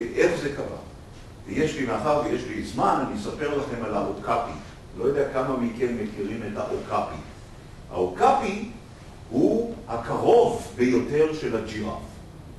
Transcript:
איך זה קרה? יש לי מאחר ויש לי זמן, אני אספר לכם על האוקאפי, לא יודע כמה מכם מכירים את האוקאפי, האוקאפי הוא הקרוב ביותר של הג'ירף